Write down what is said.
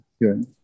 good